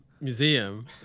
Museum